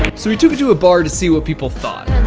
so we took it to a bar to see what people thought.